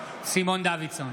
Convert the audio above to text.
סימון דוידסון,